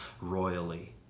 royally